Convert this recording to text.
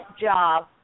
job